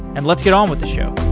and let's get on with the show